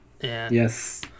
Yes